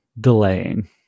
Delaying